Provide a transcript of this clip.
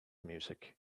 music